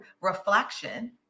reflection